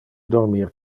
dormir